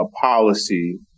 policy